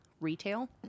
retail